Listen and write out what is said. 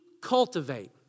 cultivate